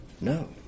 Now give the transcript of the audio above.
no